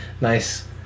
nice